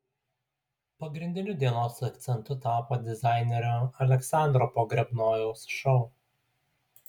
pagrindiniu dienos akcentu tapo dizainerio aleksandro pogrebnojaus šou